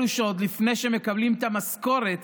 אלו שעוד לפני שמקבלים את המשכורת,